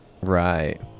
Right